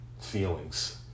feelings